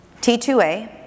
T2a